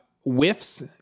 whiffs